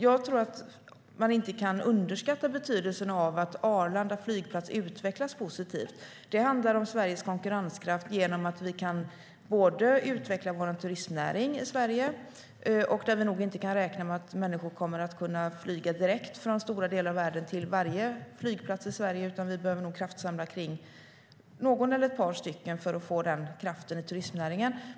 Jag tror inte att man kan överskatta betydelsen av att Arlanda flygplats utvecklas positivt. Det handlar om Sveriges konkurrenskraft genom att vi kan utveckla vår turistnäring i Sverige. Vi kan nog inte räkna med att människor kommer att kunna flyga direkt från stora delar av världen till varje flygplats i Sverige, utan vi behöver nog kraftsamla kring någon eller ett par flygplatser för att få den kraften i turistnäringen.